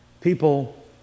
People